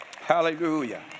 Hallelujah